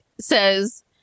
says